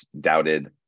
doubted